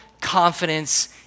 confidence